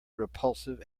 repulsive